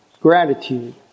Gratitude